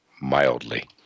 mildly